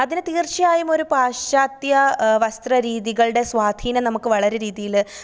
അതിന് തീർച്ഛയായും ഒര് പാശ്ചാത്യ വസ്ത്രരീതികളുടെ സ്വാധീനം നമുക്ക് വളരെ രീതിയില്